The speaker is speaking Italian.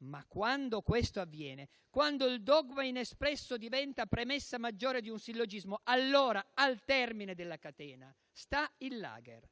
Ma quando questo avviene, quando il dogma inespresso diventa premessa maggiore di un sillogismo, allora al temine della catena, sta il Lager.